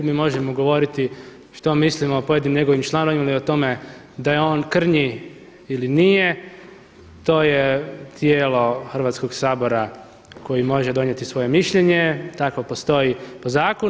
Mi možemo govoriti što mislimo o pojedinim njegovim članovima ili o tome da je on krnji ili nije, to je tijelo Hrvatskog sabora koje može donijeti svoje mišljenje, tako postoji po zakonu.